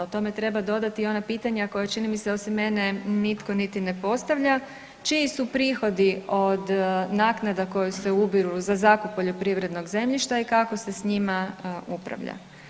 No tome treba dodati i ona pitanja koja čini mi se osim mene nitko niti ne postavlja, čiji su prihodi od naknada koji se ubiru za zakup poljoprivrednog zemljišta i kako se s njima upravlja?